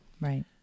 Right